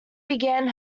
began